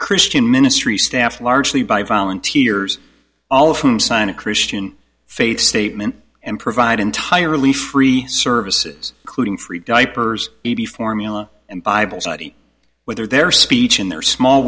christian ministry staffed largely by volunteers all of whom sign a christian faith statement and provide entirely free services including free diapers e b formula and bible study whether their speech in their small